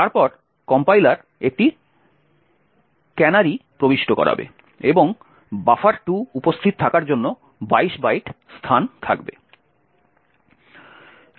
তারপর কম্পাইলার একটি ক্যানারি প্রবিষ্ট করাবে এবং বাফার2 উপস্থিত থাকার জন্য 22 বাইট স্থান থাকবে